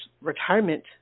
retirement